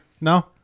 No